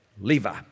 Levi